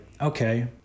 okay